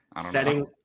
setting